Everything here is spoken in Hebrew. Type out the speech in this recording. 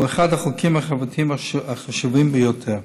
והוא אחד החוקים החברתיים החשובים ביותר.